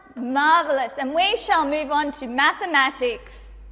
marvellous and we shall move onto mathematics.